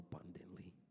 abundantly